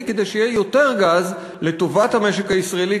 כדי שיהיה יותר גז לטובת המשק הישראלי,